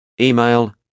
Email